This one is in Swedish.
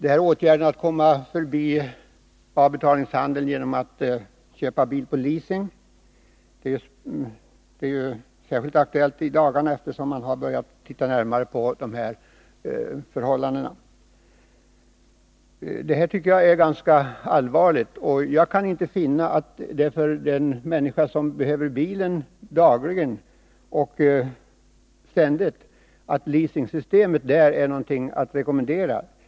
En metod är att skaffa leasingbil. Frågan om leasing är särskilt aktuell i dagarna, eftersom man nu börjat titta närmare på förhållandena på det området. Detta är allvarligt. Jag kan inte finna att leasingsystemet är någonting att rekommendera för de människor som behöver bilen dagligen och ständigt.